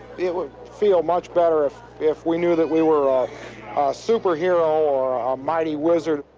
it would feel much better if if we knew that we were a superhero or a mighty wizard.